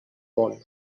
bon